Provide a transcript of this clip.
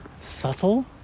subtle